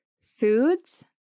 Foods